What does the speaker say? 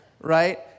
right